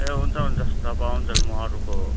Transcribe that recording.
ए हुन्छ हुन्छ तपाईँ आउन्जेल म अरूको